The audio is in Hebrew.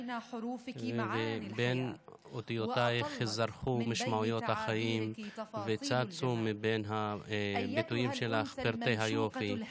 בין אותיותיך זרחו משמעויות החיים ומבין הביטויים שלך צצו פרטי היופי.